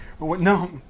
No